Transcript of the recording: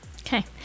Okay